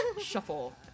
shuffle